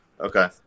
Okay